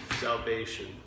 salvation